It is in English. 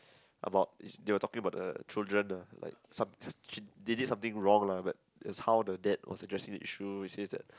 about it's they were talking about the children uh like some she she did something wrong lah but it's how the dad was addressing the issue it says that